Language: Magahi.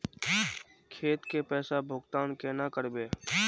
खेत के पैसा भुगतान केना करबे?